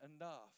enough